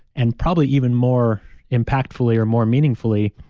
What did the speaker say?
and probably even more impactfully or more meaningfully,